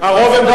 הרוב המכריע,